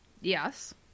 yes